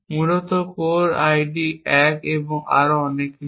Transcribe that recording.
মূলত core ID 1 এবং আরও অনেক কিছু